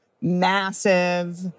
massive